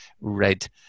red